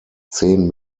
zehn